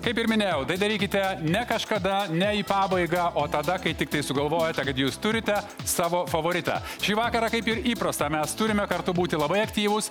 kaip ir minėjau tai darykite ne kažkada ne į pabaigą o tada kai tiktai sugalvojote kad jūs turite savo favoritą šį vakarą kaip ir įprasta mes turime kartu būti labai aktyvūs